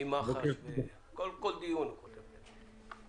ממח"ש כל דיון הוא חוטף את זה.